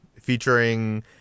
featuring